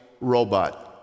robot